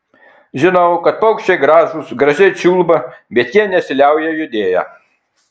žinau kad paukščiai gražūs gražiai čiulba bet jie nesiliauja judėję